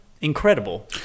Incredible